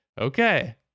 okay